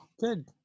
Good